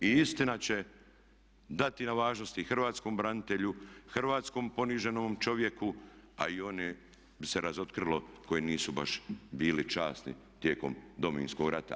I istina će dati na važnosti hrvatskom branitelju, hrvatskom poniženom čovjeku, a i one bi se razotkrilo koji nisu baš bili časni tijekom Domovinskog rata.